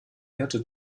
härte